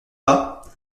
pas